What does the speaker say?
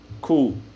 cool